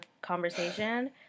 conversation